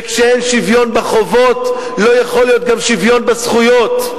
וכשאין שוויון בחובות לא יכול להיות גם שוויון בזכויות,